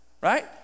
Right